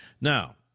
Now